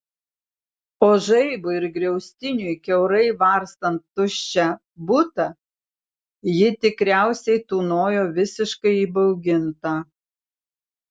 o žaibui ir griaustiniui kiaurai varstant tuščią butą ji tikriausiai tūnojo visiškai įbauginta